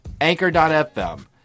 Anchor.fm